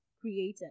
created